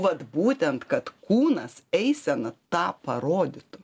vat būtent kad kūnas eisena tą parodytų